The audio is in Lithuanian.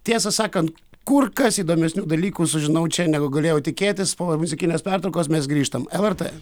tiesą sakant kur kas įdomesnių dalykų sužinau čia negu galėjau tikėtis po muzikinės pertraukos mes grįžtam lrt